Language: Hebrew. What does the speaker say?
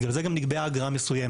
בגלל זה גם נקבעה אגרה מסוימת.